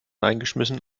eingeschmissen